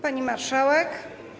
Pani Marszałek!